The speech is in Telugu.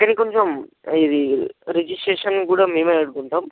కానీ కొంచెం ఇది రిజిస్ట్రేషన్ కూడా మేమే కట్టుకుంటాము